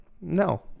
no